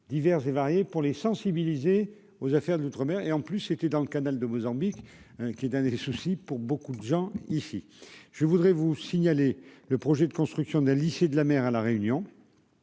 Divers et variés pour les sensibiliser aux affaires de l'outre-mer et en plus, c'était dans le canal de Mozambique qui des soucis pour beaucoup de gens ici, je voudrais vous signaler le projet de construction d'un lycée de la mer, à la Réunion,